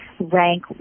rank